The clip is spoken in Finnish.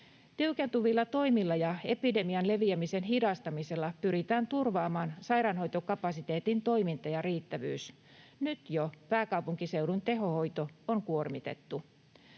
Tiukentuvilla toimilla ja epidemian leviämisen hidastamisella pyritään turvaamaan sairaanhoitokapasiteetin toiminta ja riittävyys. Jo nyt pääkaupunkiseudun tehohoito on kuormitettu.